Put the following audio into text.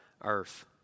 earth